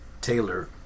Taylor